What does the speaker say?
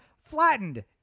flattened